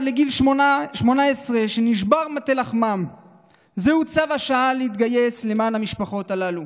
לגיל 18. זהו צו השעה להתגייס למען המשפחות הללו.